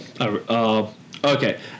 Okay